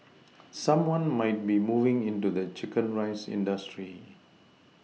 someone might be moving into the chicken rice industry